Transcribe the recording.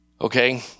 Okay